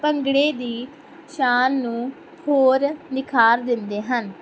ਭੰਗੜੇ ਦੀ ਸ਼ਾਨ ਨੂੰ ਹੋਰ ਨਿਖਾਰ ਦਿੰਦੇ ਹਨ